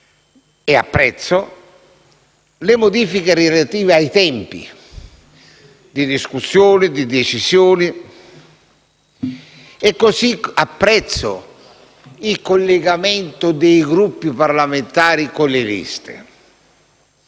e apprezzo le modifiche relative ai tempi di discussione e di decisione; e apprezzo il collegamento dei Gruppi parlamentari con le liste.